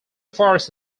forest